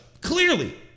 Clearly